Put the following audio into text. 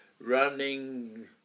running